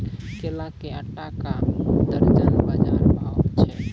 केला के आटा का दर्जन बाजार भाव छ?